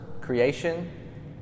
creation